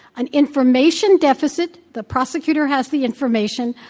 an information deficit, the prosecutor has the information,